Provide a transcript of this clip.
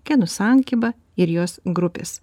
genų sankiba ir jos grupės